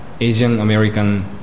Asian-American